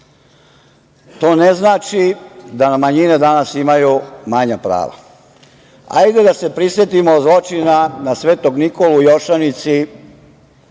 ne znači da nam manjine danas imaju manja prava. Hajde da se prisetimo zločina na Svetog Nikolu u Jošanici